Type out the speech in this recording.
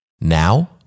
Now